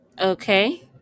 okay